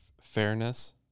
fairness